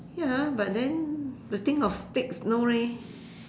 ya but then the think of steaks no leh